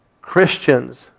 Christians